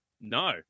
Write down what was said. No